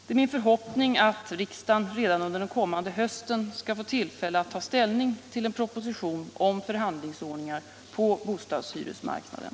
Det är min förhoppning att riksdagen redan under den kommande hösten skall få tillfälle att ta ställning till en proposition om förhandlingsordningar på bostadshyresmarknaden.